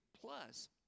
plus